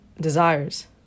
desires